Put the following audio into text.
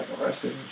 arrested